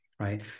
Right